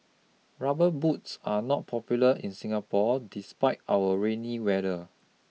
rubber boots are not popular in Singapore despite our rainy weather